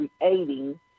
creating